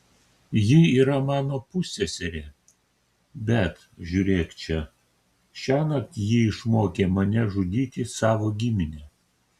ji yra mano pusseserė bet žiūrėk čia šiąnakt ji išmokė mane žudyti savo giminę